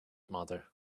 mother